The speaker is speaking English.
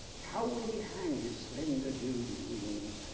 how would he hang his slender gilded wings,